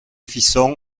fisson